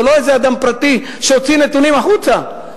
זה לא איזה אדם פרטי שהוציא נתונים החוצה.